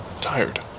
tired